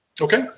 Okay